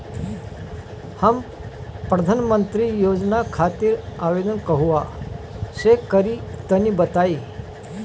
हम प्रधनमंत्री योजना खातिर आवेदन कहवा से करि तनि बताईं?